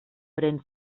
pren